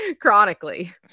chronically